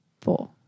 Four